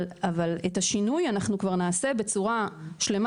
אבל את השינוי אנחנו כבר נעשה בצורה שלמה